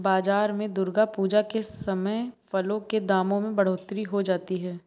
बाजार में दुर्गा पूजा के समय फलों के दामों में बढ़ोतरी हो जाती है